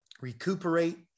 recuperate